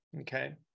Okay